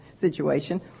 situation